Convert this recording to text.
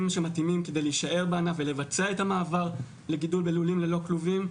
שמתאימים כדי להישאר בענף ולבצע את המעבר לגידול בלולים ללא כלובים,